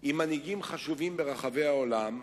עם מנהיגים חשובים ברחבי העולם,